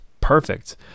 perfect